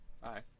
Hi